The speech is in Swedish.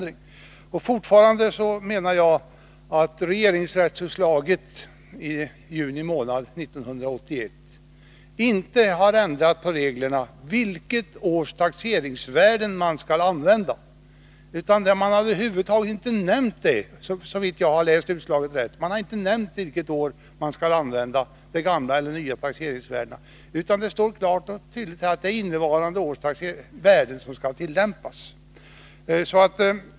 Jag menar fortfarande att regeringsrättsutslaget i juni månad 1981 inte har ändrat på reglerna om vilket års taxeringsvärde man skall använda. Det har över huvud taget inte nämnts i utslaget, såvitt jag kunnat finna, att det kan råda tveksamhet om huruvida man skall använda de gamla eller nya taxeringsvärdena, utan det står klart och tydligt angivet att innevarande års värde skall tillämpas.